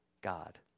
God